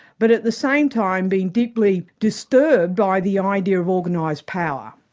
but at the same time being deeply disturbed by the um idea of organised power,